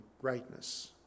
greatness